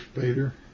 Peter